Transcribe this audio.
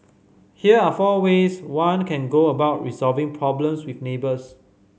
here are four ways one can go about resolving problems with neighbours